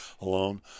alone